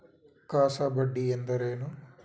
CASA ಬಡ್ಡಿ ಎಂದರೇನು?